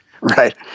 Right